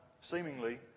seemingly